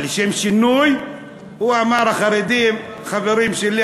אבל לשם שינוי הוא אמר: החרדים חברים שלי,